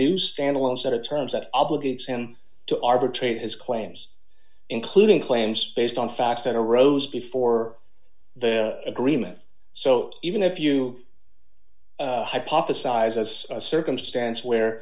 new standalone set of terms that obligates to arbitrate his claims including claims based on facts that arose before the agreement so even if you hypothesized as a circumstance where